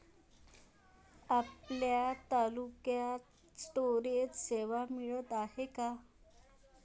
आपल्या तालुक्यात स्टोरेज सेवा मिळत हाये का?